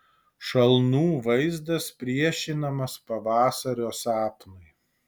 šalnų vaizdas priešinamas pavasario sapnui